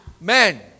men